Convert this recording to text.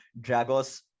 Dragos